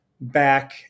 back